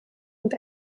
und